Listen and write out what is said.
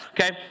okay